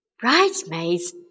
Bridesmaids